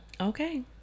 okay